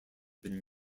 been